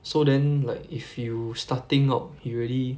so then like if you starting out you already